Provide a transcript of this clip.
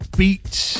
beats